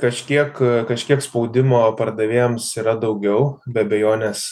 kažkiek kažkiek spaudimo pardavėjams yra daugiau be abejonės